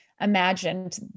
imagined